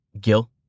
Gil